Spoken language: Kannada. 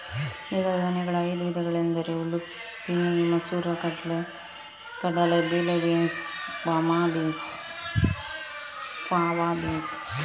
ದ್ವಿದಳ ಧಾನ್ಯಗಳ ಐದು ವಿಧಗಳೆಂದರೆ ಲುಪಿನಿ ಮಸೂರ ಕಡಲೆ, ಬಿಳಿ ಬೀನ್ಸ್, ಫಾವಾ ಬೀನ್ಸ್